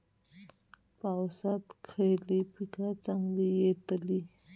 पावसात खयली पीका चांगली येतली?